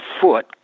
foot